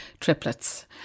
triplets